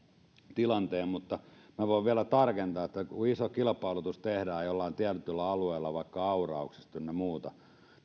tilanteen mutta voin vielä tarkentaa että kun iso kilpailutus tehdään jollain tietyllä alueella vaikka aurauksesta ynnä muuta